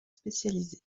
spécialisée